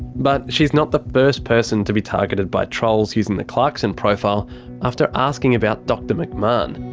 but she's not the first person to be targeted by trolls using the clarkson profile after asking about dr mcmahon.